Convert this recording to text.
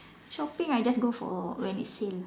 shopping I just go for when it's sale